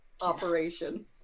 operation